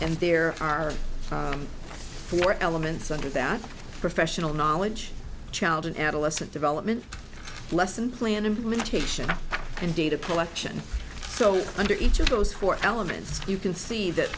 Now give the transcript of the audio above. and there are four elements under that professional knowledge child and adolescent development lesson plan implementation and data collection so under each of those four elements you can see that